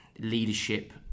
leadership